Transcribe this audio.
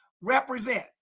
represent